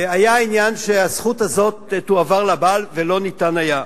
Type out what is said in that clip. היה עניין שהזכות הזאת תועבר לבעל, ולא היה אפשר.